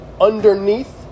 underneath